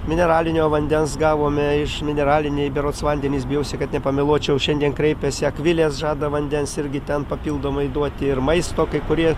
mineralinio vandens gavome iš mineraliniai berods vandenys bijausi kad nepameluočiau šiandien kreipėsi akvilės žada vandens irgi ten papildomai duoti ir maisto kai kurie